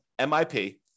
MIP